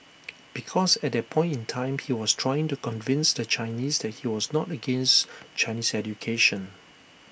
because at that point in time he was trying to convince the Chinese that he was not against Chinese education